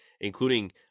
including